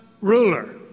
ruler